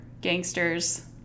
gangsters